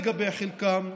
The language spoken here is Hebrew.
לגבי חלקם,